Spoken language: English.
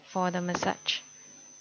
for the massage